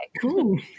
Cool